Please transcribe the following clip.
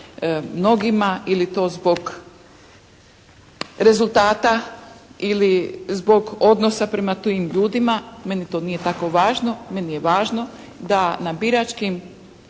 mnogima ili to zbog rezultata ili zbog odnosa prema tim ljudima. Meni to nije tako važno, meni je važno da na biračkim